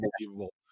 unbelievable